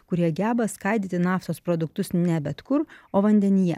kurie geba skaidyti naftos produktus ne bet kur o vandenyje